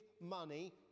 money